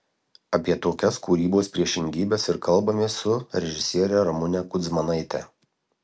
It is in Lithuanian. apie tokias kūrybos priešingybes ir kalbamės su režisiere ramune kudzmanaite